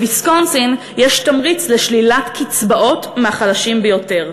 בוויסקונסין יש תמריץ לשלילת קצבאות מהחלשים ביותר,